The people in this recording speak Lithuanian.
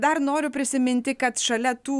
dar noriu prisiminti kad šalia tų